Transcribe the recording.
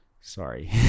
Sorry